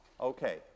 Okay